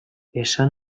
esan